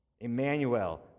Emmanuel